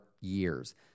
years